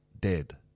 dead